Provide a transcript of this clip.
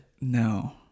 No